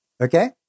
Okay